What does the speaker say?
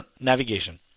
navigation